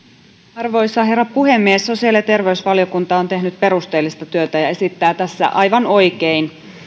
arvoisa herra puhemies sosiaali ja terveysvaliokunta on tehnyt perusteellista työtä ja esittää tässä aivan oikein